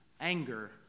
anger